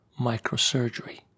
microsurgery